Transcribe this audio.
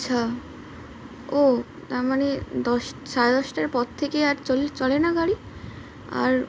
আচ্ছা ও তা মানে দশ সাড়ে দশটার পর থেকে আর চলে চলে না গাড়ি আর